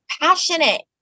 passionate